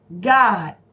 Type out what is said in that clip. God